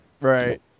Right